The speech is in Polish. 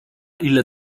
ile